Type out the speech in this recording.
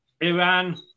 Iran